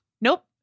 Nope